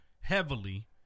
heavily